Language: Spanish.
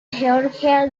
georgia